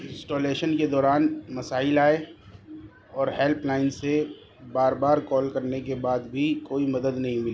installation کے دوران مسائل آئے اور ہیلپ لائن سے بار بار کال کرنے کے بعد بھی کوئی مدد نہیں ملی